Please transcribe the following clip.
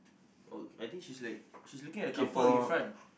oh I think she's like she's looking at the couple in front